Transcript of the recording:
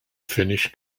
finnish